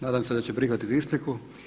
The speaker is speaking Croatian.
Nadam se da će prihvatiti ispriku.